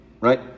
right